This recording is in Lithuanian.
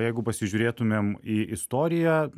jeigu pasižiūrėtumėm į istoriją